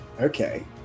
Okay